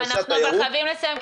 לא, אנחנו חייבים לסיים.